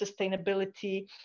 sustainability